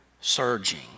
surging